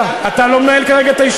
מנהל,